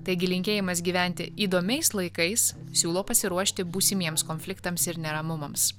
taigi linkėjimas gyventi įdomiais laikais siūlo pasiruošti būsimiems konfliktams ir neramumams